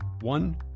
One